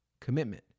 commitment